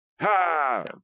Ha